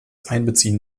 einbeziehen